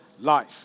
life